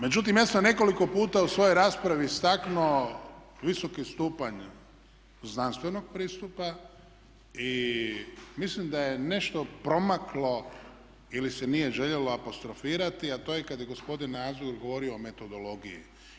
Međutim, ja sam nekoliko puta u svojoj raspravi istaknuo visoki stupanj znanstvenog pristupa i mislim da je nešto promaklo ili se nije željelo apostrofirati, a to je kad je gospodin Nazor govorio o metodologiji.